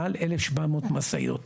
מעל 1,700 משאיות,